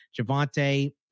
Javante